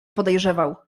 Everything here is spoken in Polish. podejrzewał